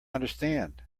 understand